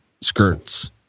skirts